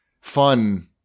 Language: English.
fun